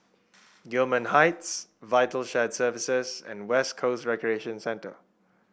Gillman Heights Vital Shared Services and West Coast Recreation Centre